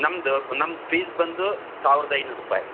ನಮ್ಮದು ನಮ್ಮದು ಫೀಸ್ ಬಂದು ಸಾವಿರದ ಐನೂರು ರೂಪಾಯಿ